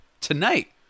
tonight